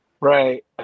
Right